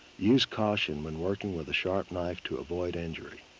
use caution when working with a sharp knife to avoid injury.